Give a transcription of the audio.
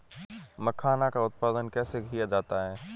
मखाना का उत्पादन कैसे किया जाता है?